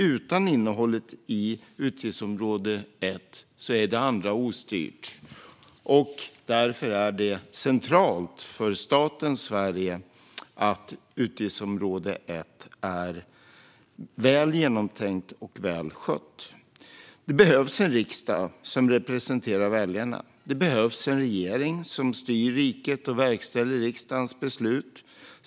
Utan innehållet i utgiftsområde 1 är det andra ostyrt. Därför är det centralt för staten Sverige att utgiftsområde 1 är väl genomtänkt och väl skött. Det behövs en riksdag som representerar väljarna. Det behövs en regering som styr riket och verkställer riksdagens beslut.